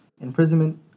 imprisonment